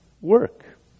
work